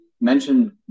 mentioned